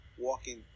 walking